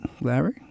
Larry